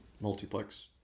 multiplex